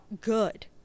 good